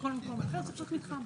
בכל מקום אחר צריך להיות מתחם.